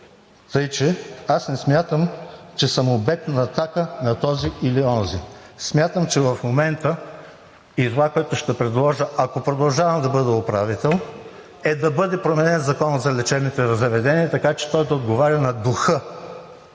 работа. Аз не смятам, че съм обект на атака на този или онзи. Смятам, че в момента и това, което ще предложа, ако продължавам да бъда управител, е да бъде променен Законът за лечебните заведения, така че той да отговаря на духа